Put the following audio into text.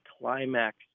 climax